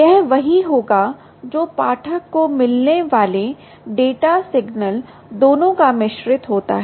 यह वही होगा जो पाठक को मिलने वाले डेटा सिग्नल दोनों का मिश्रित होता है